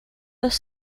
los